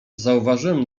zauważyłem